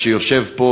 שיושב פה,